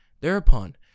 Thereupon